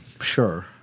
Sure